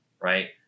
Right